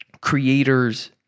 creators